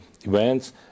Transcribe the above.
events